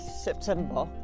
September